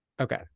Okay